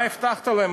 מה הבטחת להם?